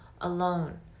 alone